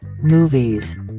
movies